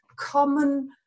common